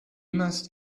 must